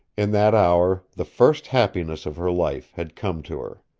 in that hour the first happiness of her life had come to her.